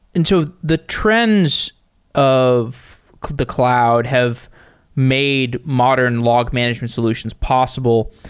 and so the trends of the cloud have made modern log management solutions possible.